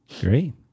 Great